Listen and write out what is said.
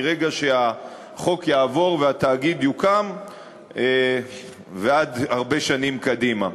מרגע שהחוק יעבור והתאגיד יוקם ועד הרבה שנים קדימה.